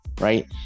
right